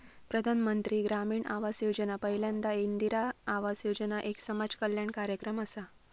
प्रधानमंत्री ग्रामीण आवास योजना पयल्यांदा इंदिरा आवास योजना एक समाज कल्याण कार्यक्रम असा